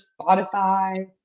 Spotify